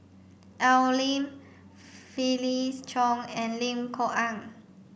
Al Lim Felix Cheong and Lim Kok Ann